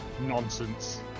nonsense